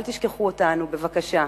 אל תשכחו אותנו בבקשה.